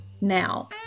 now